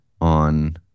on